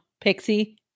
Pixie